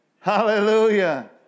Hallelujah